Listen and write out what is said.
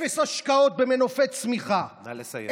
אפס השקעות במנופי צמיחה, נא לסיים.